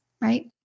Right